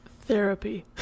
Therapy